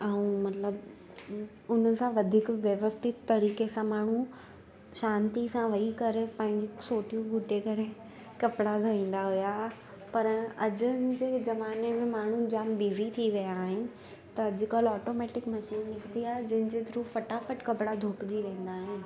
ऐं मतिलबु उन सां वधीक व्यवस्थित तरीक़े सां माण्हू शांती सां वेही करे पंहिंजी सोटियूं बुटे करे कपिड़ा धोईंदा हुआ पर अॼु जे ज़माने में माण्हू जाम बिज़ी थी विया आहिनि त अॼुकल्ह ऑटोमेटिक मशीन निकिती आहे जंहिंजे थ्रू फटाफट कपिड़ा धोपजी वेंदा आहिनि